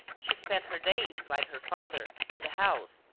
she spent her days, like her father, in the house,